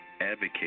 Advocate